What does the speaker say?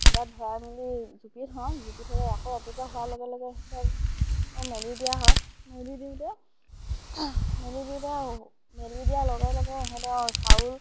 সঁজাত ভৰাই মেলি জুপি থওঁ জুপি থ'লেও আকৌ ৰাতিপুৱা হোৱাৰ লগে লগে সিহঁতক মেলি দিয়া হয় মেলি দিওঁতে মেলি দিওঁতে মেলি দিয়াৰ লগে লগে সিহঁতক চাউল